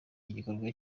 igikorwa